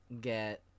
get